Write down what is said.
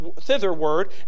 thitherward